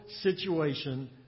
situation